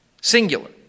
Singular